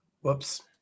Whoops